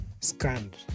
scanned